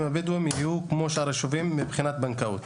הבדואים יהיו כמו שאר היישובים מבחינת בנקאות.